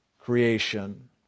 creation